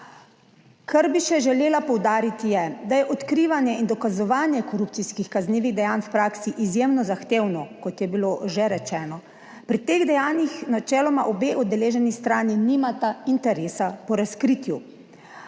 Kar bi še želela poudariti je, da je odkrivanje in dokazovanje korupcijskih kaznivih dejanj v praksi izjemno zahtevno, kot je bilo že rečeno. Pri teh dejanjih načeloma obe udeleženi strani nimata interesa po razkritju.